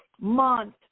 month